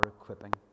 equipping